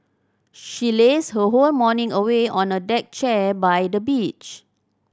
she lazed her whole morning away on a deck chair by the beach